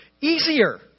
easier